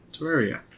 Terraria